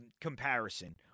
comparison